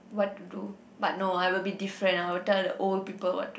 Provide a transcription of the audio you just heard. what to do but no I will be different I will tell the old people what to